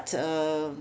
uh